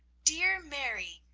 dear mary,